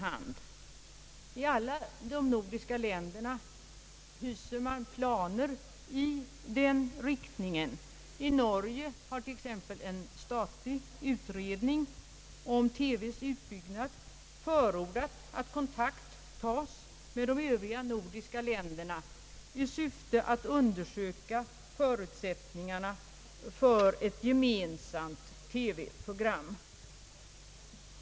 I alla de nordiska länderna hyser man planer på ett nytt program. I Norge har en statlig utredning om televisionens utbyggnad också förordat, att kontakt tages med de övriga nordiska länderna i syfte att undersöka förutsättningarna för ett gemensamt nordiskt TV-program.